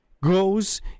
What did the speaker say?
goes